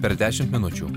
per dešimt minučių